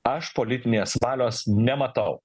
aš politinės valios nematau